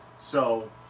so,